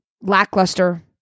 lackluster